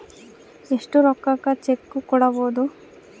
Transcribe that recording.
ಎಷ್ಟು ರೊಕ್ಕಕ ಚೆಕ್ಕು ಕೊಡುಬೊದು